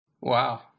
Wow